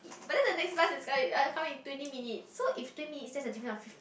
but then the next bus is come come in twenty minute so if three minutes there's a different of it